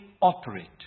operate